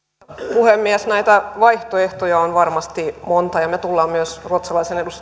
puhemies näitä vaihtoehtoja on varmasti monta ja me tulemme myös ruotsalaisen